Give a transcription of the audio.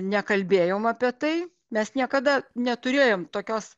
nekalbėjom apie tai mes niekada neturėjom tokios